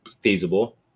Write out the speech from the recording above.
feasible